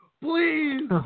Please